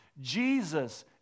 Jesus